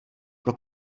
pro